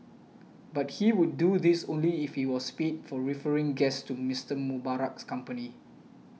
but he would do this only if he was paid for referring guests to Mister Mubarak's company